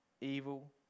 evil